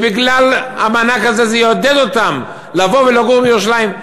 והמענק הזה יעודד אותם לבוא ולגור בירושלים,